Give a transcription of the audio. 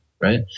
right